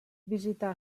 visità